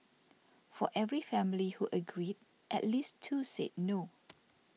for every family who agreed at least two said no